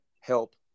help